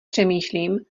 přemýšlím